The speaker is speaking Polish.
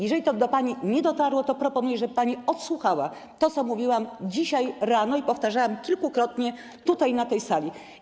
Jeżeli to do pani nie dotarło, to proponuję, żeby pani odsłuchała to, co mówiłam dzisiaj rano i powtarzałam kilkukrotnie tutaj, na tej sali.